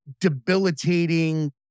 debilitating